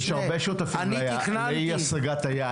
יש הרבה שותפים לאי השגת היעד הזה.